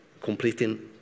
completing